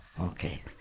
Okay